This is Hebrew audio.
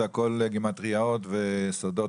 זה הכול גימטריות וסודות,